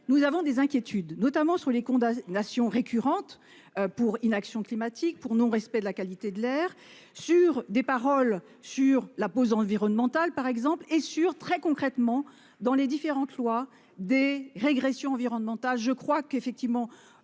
nous avons des inquiétudes notamment sur les condamnations récurrentes. Pour inaction climatique pour non respect de la qualité de l'air sur des paroles sur la pause environnementale par exemple et sur très concrètement dans les différentes lois des régression environnementale. Je crois qu'effectivement.